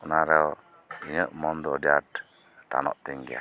ᱚᱱᱟᱨᱮ ᱤᱧᱟᱹᱜ ᱢᱚᱱᱫᱚ ᱟᱹᱰᱤ ᱟᱴ ᱴᱟᱱᱚᱜ ᱛᱤᱧ ᱜᱮᱭᱟ